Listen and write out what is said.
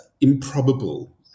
improbable